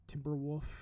Timberwolf